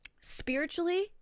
spiritually